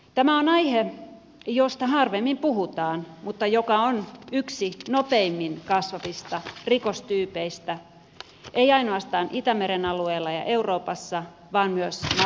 tämä on aihe josta harvemmin puhutaan mutta joka on yksi nopeimmin kasvavista rikostyypeistä ei ainoastaan itämeren alueella ja euroopassa vaan myös maailmanlaajuisesti